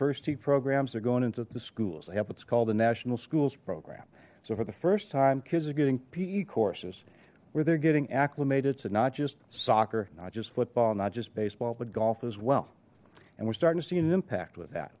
first tee programs are going into the schools i have what's called the national schools program so for the first time kids are getting pe courses where they're getting acclimated to not just soccer not just football not just baseball but golf as well and we're starting to see an impact with that